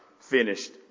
finished